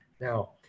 Now